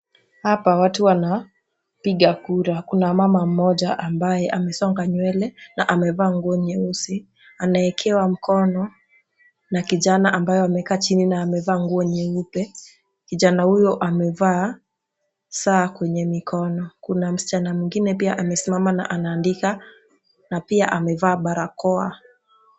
Hapa watu wanapiga kura kuna mama mmoja ambaye amesonga nywele na amevaa nguo nyeusi anaekewa mkono na kijana ambaye amekaa chini na amevaa nguo nyeupe, kijana huyo amevaa saa kwenye mikoni kuna msichana mwingine pia amesimama na anaandika na pia amevaa barakoa.